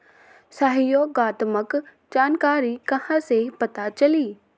सहयोगात्मक जानकारी कहा से पता चली?